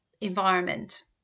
environment